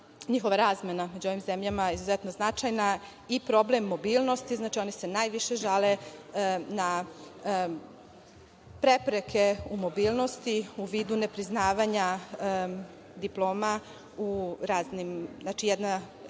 njihova razmena, među ovim zemljama, izuzetno značajna, i problem mobilnosti, oni se najviše žale na prepreke u mobilnosti, a u vidu nepriznavanja diploma u raznim…